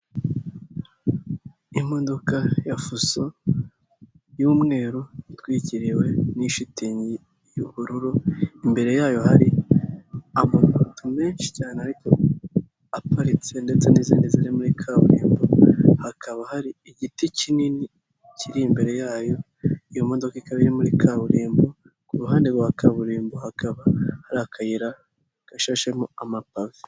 Imodoka ya fuso y'umweru itwikiriwe n'ishitingi y'ubururu, imbere yayo hari amafoto menshi cyane, ariko aparitse ndetse n'izindi ziri muri kaburimbo, hakaba hari igiti kinini kiri imbere yayo, iyo modoka ikaba iri muri kaburimbo, ku ruhande rwa kaburimbo hakaba hari akayira gashashemo amapave.